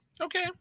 Okay